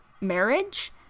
marriage